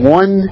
one